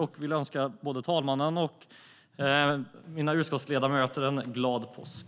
Jag önskar både herr talmannen och mina utskottskollegor en glad påsk.